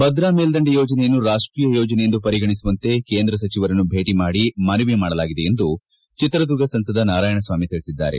ಭದ್ರಾ ಮೇಲ್ಪಂಡೆ ಯೋಜನೆಯನ್ನು ರಾಷ್ಟೀಯ ಯೋಜನೆಯೆಂದು ಪರಿಗಣಿಸುವಂತೆ ಕೇಂದ್ರ ಸಚಿವರನ್ನು ಭೇಟಿ ಮಾಡಿ ಮನವಿ ಮಾಡಲಾಗಿದೆ ಎಂದು ಚಿತ್ರದುರ್ಗ ಸಂಸದ ನಾರಾಯಣಸ್ವಾಮಿ ತಿಳಿಸಿದ್ದಾರೆ